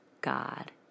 God